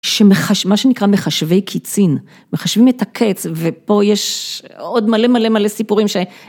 שמחש, מה שנקרא מחשבי קיצין, מחשבים את הקץ ופה יש עוד מלא מלא מלא סיפורים.